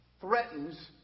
threatens